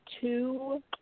two